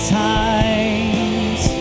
times